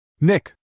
Nick